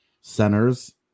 centers